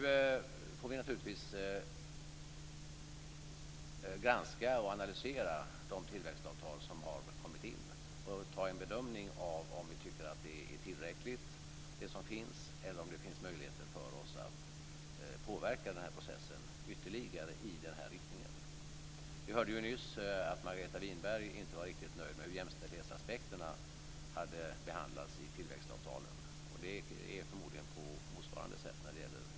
Nu får vi naturligtvis granska och analysera de tillväxtavtal som har kommit in och göra en bedömning av om vi tycker att det är tillräckligt med det som finns eller om det finns möjligheter för oss att påverka processen ytterligare i den här riktningen. Vi hörde ju nyss att Margareta Winberg inte var riktigt nöjd med hur jämställdhetsaspekterna hade behandlats i tillväxtavtalen, och det är förmodligen på motsvarande sätt när det gäller uthålligheten.